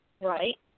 Right